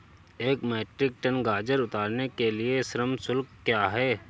एक metric ton गाजर उतारने के लिए श्रम शुल्क क्या है?